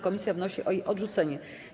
Komisja wnosi o jej odrzucenie.